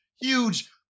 huge